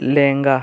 ᱞᱮᱸᱜᱟ